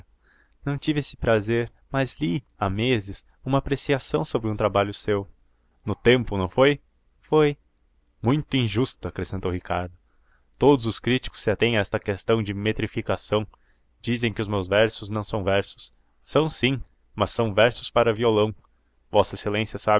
não tive esse prazer mas li há meses uma apreciação sobre um trabalho seu no tempo não foi foi muito injusta acrescentou ricardo todos os críticos se atêm a essa questão de metrificação dizem que os meus versos não são versos são sim mas são versos para violão vossa excelência sabe